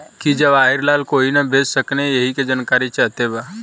की जवाहिर लाल कोई के भेज सकने यही की जानकारी चाहते बा?